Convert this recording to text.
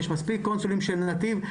יש מספיק קונסולים של נתיב.